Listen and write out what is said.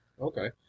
Okay